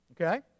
Okay